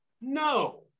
no